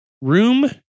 Room